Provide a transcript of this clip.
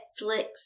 Netflix